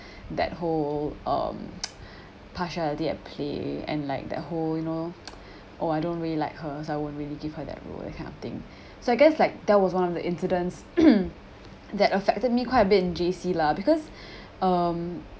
that whole um partiality at play and like that whole you know oh I don't really like her so I won't really give her that role that kind of thing so I guess like there was one of the incidents that affected me quite a bit in J_C lah because um